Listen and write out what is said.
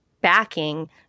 backing